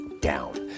down